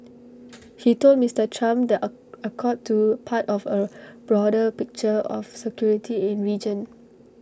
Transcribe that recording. he told Mister Trump the A accord to part of A broader picture of security in region